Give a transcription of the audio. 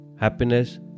happiness